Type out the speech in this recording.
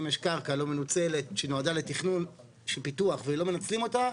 אם יש קרקע לא מנוצלת שנועדה לתכנון של פיתוח ולא מנצלים אותה,